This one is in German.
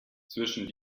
zwischen